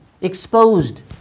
exposed